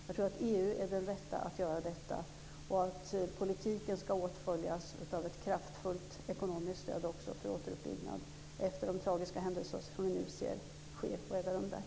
Jag tror att EU är den rätta att göra detta och att politiken också ska åtföljas av ett kraftfullt ekonomiskt stöd för återuppbyggnad efter de tragiska händelser som vi nu ser ske där.